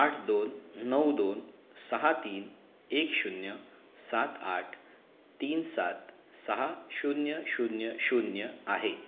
आठ दोन नऊ दोन सहा तीन एक शून्य सात आठ तीन सात सहा शून्य शून्य शून्य आहे